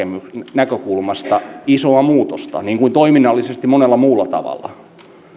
näkökulmasta isoa muutosta niin kuin toiminnallisesti monella muulla tavalla